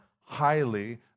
highly